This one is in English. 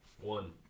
One